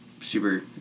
super